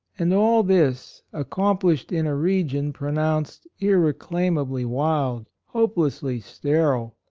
and all this accomplished in a region pronounced irreclaimably wild, hopelessly sterile,